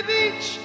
Beach